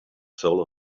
soul